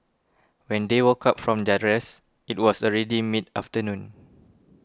when they woke up from their rest it was already mid afternoon